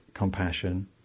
Compassion